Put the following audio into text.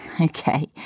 Okay